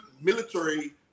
military